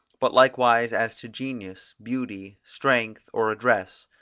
but likewise as to genius, beauty, strength or address,